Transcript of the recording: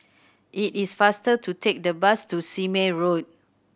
it is faster to take the bus to Sime Road